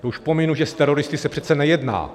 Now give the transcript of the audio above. To už pominu, že s teroristy se přece nejedná.